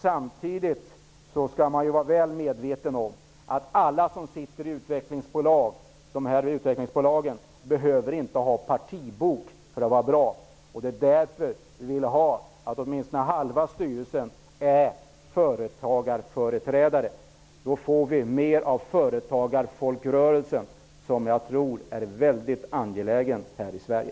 Samtidigt skall man vara väl medveten om att alla som sitter i dessa utvecklingsbolag inte behöver ha en partibok för att vara bra. Därför vill vi att åtminstone halva styrelsen är företagarföreträdare. Då får vi mer av en företagarfolkrörelse som jag tror är väldigt angelägen här i Sverige.